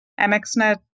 MXNet